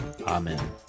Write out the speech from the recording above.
Amen